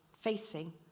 facing